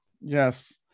Yes